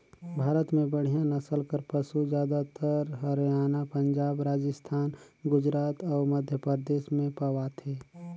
भारत में बड़िहा नसल कर पसु जादातर हरयाना, पंजाब, राजिस्थान, गुजरात अउ मध्यपरदेस में पवाथे